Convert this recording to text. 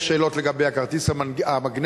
יש שאלות לגבי הכרטיס המגנטי,